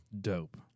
Dope